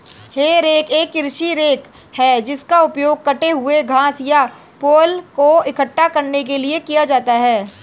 हे rake एक कृषि rake है जिसका उपयोग कटे हुए घास या पुआल को इकट्ठा करने के लिए किया जाता है